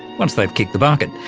once they've kicked the bucket.